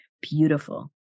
beautiful